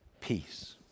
peace